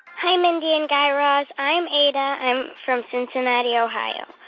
hi, mindy and guy raz. i'm aida. i'm from cincinnati, ohio.